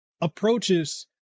approaches